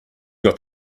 got